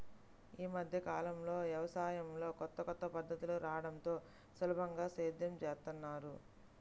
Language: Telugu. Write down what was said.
యీ మద్దె కాలంలో యవసాయంలో కొత్త కొత్త పద్ధతులు రాడంతో సులభంగా సేద్యం జేత్తన్నారు